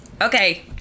Okay